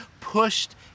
pushed